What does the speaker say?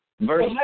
Verse